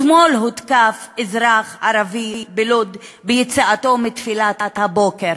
אתמול הותקף אזרח ערבי בלוד ביציאתו מתפילת הבוקר.